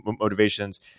motivations